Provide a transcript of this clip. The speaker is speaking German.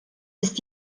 ist